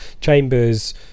Chambers